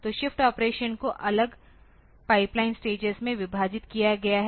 तो shift operation को अलग पाइपलाइन स्टेजेस में विभाजित किया गया है